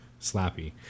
slappy